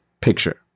picture